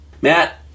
Matt